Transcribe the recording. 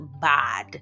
bad